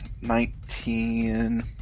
nineteen